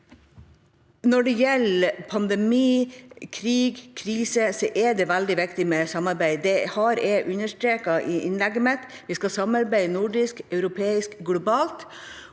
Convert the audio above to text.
Når det gjelder pandemi, krig og krise, er det veldig viktig med samarbeid. Det har jeg understreket i innlegget mitt. Vi skal samarbeide nordisk, europeisk og globalt.